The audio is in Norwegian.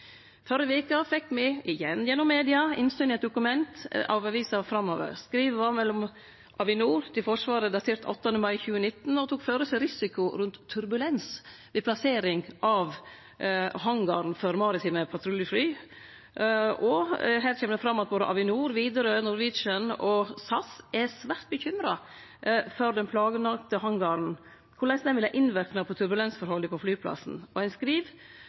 Førre veke fekk me – igjen gjennom media – innsyn i eit dokument av avisa Fremover. Skrivet var frå Avinor til Forsvaret, datert 8. mai 2019, og tok føre seg risiko for turbulens når det galdt plasseringa av hangaren for maritime patruljefly. Her kjem det fram at både Avinor, Widerøe, Norwegian og SAS er svært bekymra for den planlagde hangaren, for korleis han vil ha innverknad på turbulensforholda på flyplassen. Ein skriv